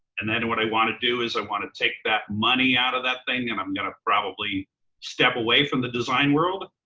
and then what i wanna do is i wanna take that money out of that thing, and i'm gonna probably step away from the design world.